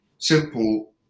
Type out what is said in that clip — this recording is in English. Simple